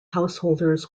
householders